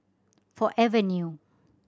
Forever New